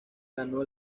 ganó